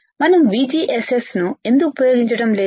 మనం VGSSనుఎందుకు ఉపయోగించడం లేదు